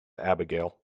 abigail